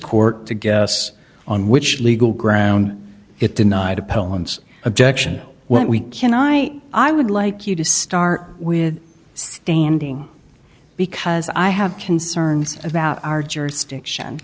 court to guess on which legal ground it denied appellants objection what we can i i would like you to start with standing because i have concerns about our jurisdiction